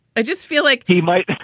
i just feel like he might